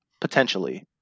potentially